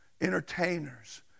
entertainers